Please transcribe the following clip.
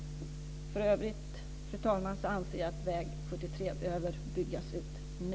För övrigt, fru talman, anser jag att väg 73 behöver byggas ut - nu!